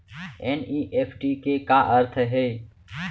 NEFT के का अर्थ है?